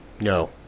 No